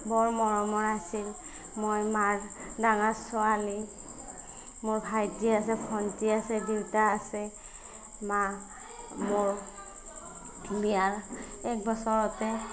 বৰ মৰমৰ আছিল মই মাৰ ডাঙৰ ছোৱালী মোৰ ভাইটি আছে ভণ্টি আছে দেউতা আছে মা মোৰ বিয়াৰ এক বছৰতে